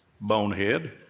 bonehead